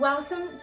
Welcome